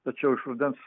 tačiau iš rudens